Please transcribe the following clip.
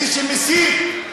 מי שמסית,